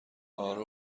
آره